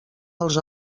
als